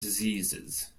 diseases